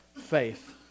faith